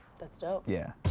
that's dope. yeah.